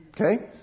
Okay